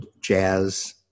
Jazz